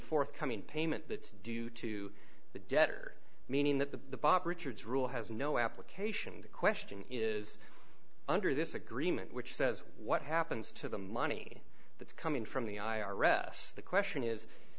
forthcoming payment that's due to the debtor meaning that the bob richards rule has no application to question is under this agreement which says what happens to the money that's coming from the i r s the question is